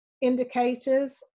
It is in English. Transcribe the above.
indicators